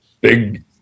big